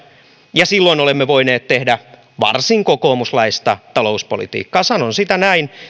ja silloin olemme voineet tehdä varsin kokoomuslaista talouspolitiikkaa sanon siitä näin